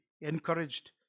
encouraged